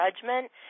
judgment